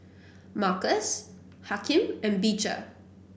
Markus Hakim and Beecher